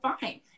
fine